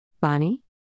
bonnie